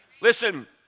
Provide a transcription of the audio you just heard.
Listen